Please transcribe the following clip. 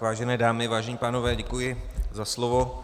Vážené dámy, vážení pánové, děkuji za slovo.